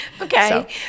okay